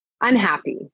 unhappy